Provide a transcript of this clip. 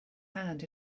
hand